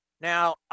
Now